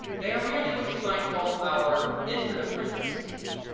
they were merely what you might call our entered apprentice teeth.